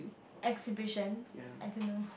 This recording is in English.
exhibitions I don't know